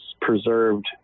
preserved